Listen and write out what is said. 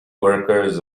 workers